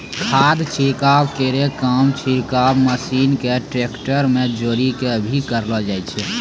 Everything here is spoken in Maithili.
खाद छिड़काव केरो काम छिड़काव मसीन क ट्रेक्टर में जोरी कॅ भी करलो जाय छै